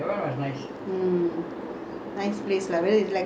brisbane ah we drove there right very nice ah that [one]